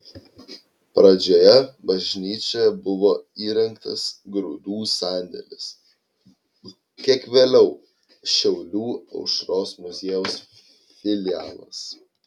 pradžioje bažnyčioje buvo įrengtas grūdų sandėlis kiek vėliau šiaulių aušros muziejaus filialas